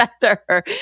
better